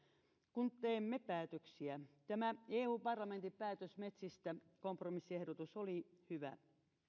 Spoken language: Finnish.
kun teemme päätöksiä tämä eu parlamentin päätös metsistä kompromissiehdotus oli hyvä